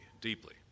deeply